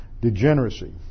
degeneracy